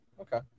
Okay